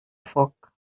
foc